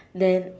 then